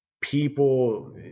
people